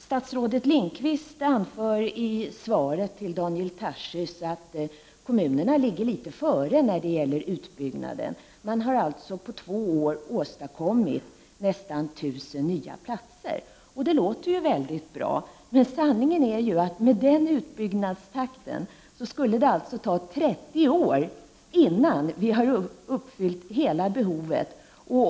Statsrådet Bengt Lindqvist anförde i svaret till Daniel Tarschys att kommunerna ligger litet före när det gäller utbyggnaden. På två år har man således åstadkommit nästan 1 000 nya platser. Det låter mycket bra. Sanningen är dock att med den utbyggnadstakten skulle det ta 30 år innan vi har täckt hela behovet.